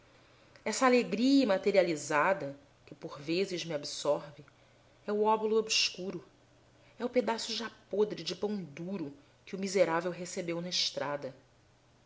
essa alegria imaterializada que por vezes me absorve é o óbolo obscuro é o pedaço já podre de pão duro que o miserável recebeu na estrada